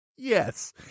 yes